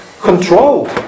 control